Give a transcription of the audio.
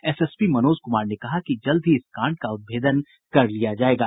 SSP Manoj Kumar ने कहा कि जल्द ही इस कांड का उद्भेदन कर लिया जायेगा